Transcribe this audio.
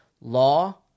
Law